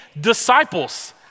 disciples